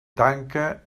tanca